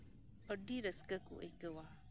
ᱟᱹᱰᱤ ᱨᱟᱹᱥᱠᱟᱸ ᱠᱚ ᱟᱹᱭᱠᱟᱹᱣᱟ